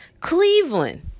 Cleveland